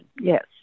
Yes